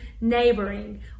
neighboring